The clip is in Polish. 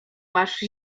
masz